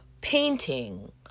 Painting